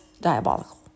diabolical